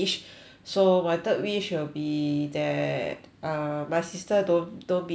so my third wish will be that uh my sister don't don't be